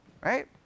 right